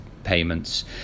payments